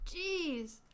Jeez